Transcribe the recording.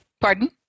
Pardon